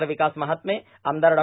र्वकास महात्मे आमदार डॉ